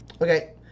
Okay